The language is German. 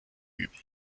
üben